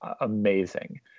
amazing